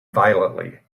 violently